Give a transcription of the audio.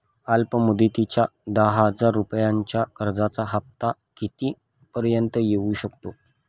अल्प मुदतीच्या दहा हजार रुपयांच्या कर्जाचा हफ्ता किती पर्यंत येवू शकतो?